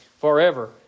forever